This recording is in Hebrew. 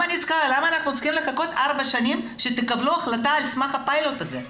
למה אנחנו צריכים לחכות ארבע שנים שתקבלו החלטה על סמך הפיילוט הזה?